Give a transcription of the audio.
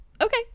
Okay